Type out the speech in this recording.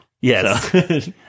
Yes